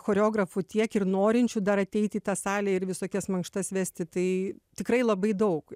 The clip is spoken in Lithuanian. choreografų tiek ir norinčių dar ateiti į tą salę ir visokias mankštas vesti tai tikrai labai daug